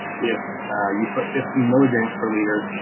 if you put fifteen milligrams per liter,